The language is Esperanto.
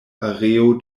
areo